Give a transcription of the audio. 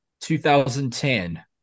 2010